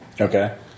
Okay